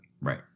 Right